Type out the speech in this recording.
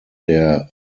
der